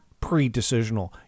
pre-decisional